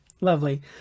lovely